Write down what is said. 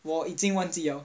我已经忘记